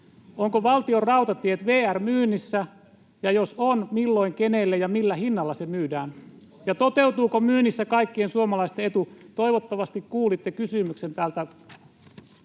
Onko Valtionrautatiet, VR, myynnissä, ja jos on, milloin, kenelle ja millä hinnalla se myydään? Toteutuuko myynnissä kaikkien suomalaisten etu? — Toivottavasti kuulitte kysymyksen tästä